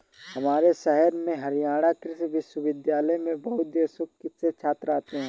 हमारे शहर में हरियाणा कृषि विश्वविद्यालय में बहुत देशों से छात्र आते हैं